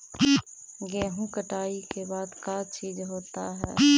गेहूं कटाई के बाद का चीज होता है?